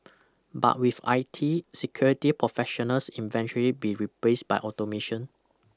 but with I T security professionals eventually be replaced by automation